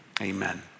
amen